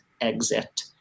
Exit